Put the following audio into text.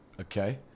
Okay